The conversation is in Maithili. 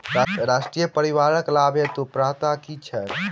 राष्ट्रीय परिवारिक लाभ हेतु पात्रता की छैक